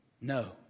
No